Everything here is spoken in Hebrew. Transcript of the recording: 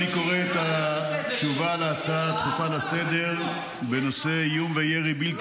אני קורא את התשובה על ההצעה הדחופה לסדר-היום בנושא: איום וירי בלתי